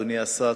אדוני השר,